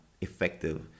effective